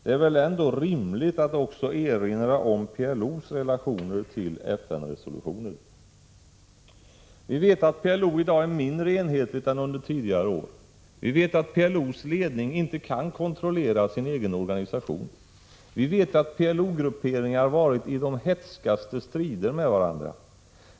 Det är väl rimligt att också erinra om PLO:s relationer till FN-resolutioner. Vi vet att PLO i dag är mindre enhetligt än under tidigare år. Vi vet att PLO:s ledning inte kan kontrollera sin egen organisation. Vi vet att PLO-grupperingar varit i de hätskaste strider med varandra.